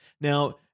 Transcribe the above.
now